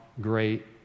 great